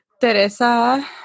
Teresa